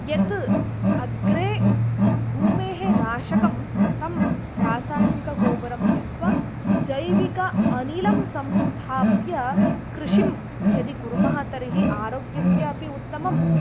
यत् अग्रे भूमेः नाशकं तं रासायनिकगोबरं त्यक्त्वा जैविक अनिलं संस्थाप्य कृषिं यदि कुर्मः तर्हि आरोग्यस्यापि उत्तमं